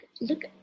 look